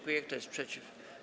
Kto jest przeciw?